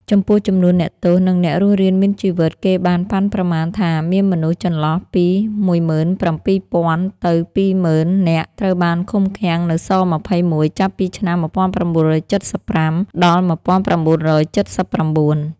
ចំពោះចំនួនអ្នកទោស និងអ្នករស់រានមានជីវិត គេបានប៉ាន់ប្រមាណថាមានមនុស្ស ចន្លោះពី ១៧,០០០ ទៅ ២០,០០០ នាក់ត្រូវបានឃុំឃាំងនៅ ស-២១ ចាប់ពីឆ្នាំ១៩៧៥ ដល់ ១៩៧៩។